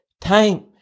time